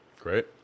Great